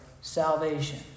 salvation